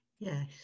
Yes